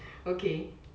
okay